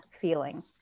feeling